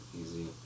easy